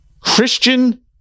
Christian